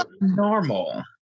normal